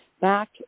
back